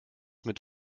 mit